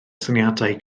syniadau